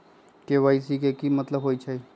KYC के कि मतलब होइछइ?